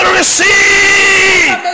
receive